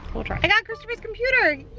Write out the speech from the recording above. we'll try. i got christopher's computer.